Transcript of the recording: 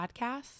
Podcasts